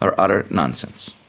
are utter nonsense.